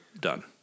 done